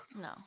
No